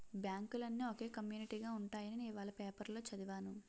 బాంకులన్నీ ఒకే కమ్యునీటిగా ఉంటాయని ఇవాల పేపరులో చదివాను